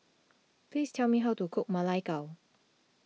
please tell me how to cook Ma Lai Gao